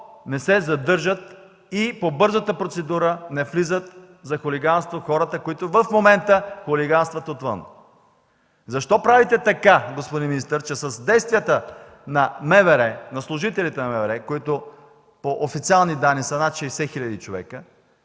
не се задържат и защо по бързата процедура не влизат в затвора за хулиганство хората, които в момента хулиганстват отвън?! Защо правите така, господин министър, че с действията на МВР, на служителите на МВР, които по официални данни са над 60 хил. човека,